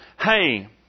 hey